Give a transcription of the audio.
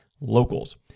locals